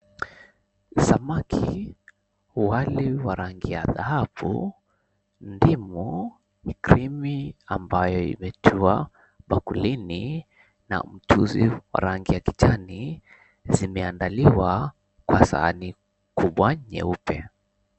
Samaki, wali wa rangi ya dhahabu, ndimu ni krimi ambayo imetiwa bakulini na mchuzi wa rangi ya kijani zimeandaliwa kwa sahani kubwa nyeupe.